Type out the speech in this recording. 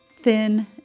thin